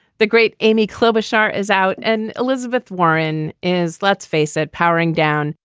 the great amy klobuchar is out. and elizabeth warren is, let's face it, powering down.